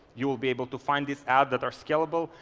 you will be able to find this ad that are scalable.